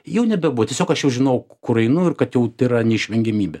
jau nebebuvo tiesiog aš jau žinojau kur einu ir kad jau tai yra neišvengiamybė